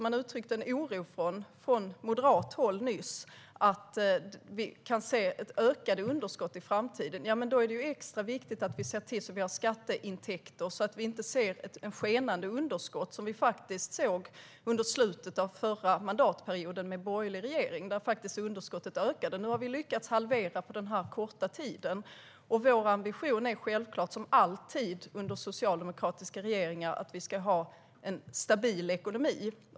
Man uttryckte nyss oro från moderat håll för att vi kan komma att få se ökade underskott i framtiden. Men då är det ju extra viktigt att vi ser till att vi har skatteintäkter, så att det inte blir ett skenande underskott, vilket faktiskt var fallet med den borgerliga regeringen under slutet av förra mandatperioden. Då ökade underskottet. Nu har vi lyckats halvera det på den här korta tiden. Vår ambition är självklart, som alltid under socialdemokratiska regeringar, att vi ska ha en stabil ekonomi.